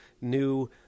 new